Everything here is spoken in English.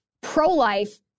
pro-life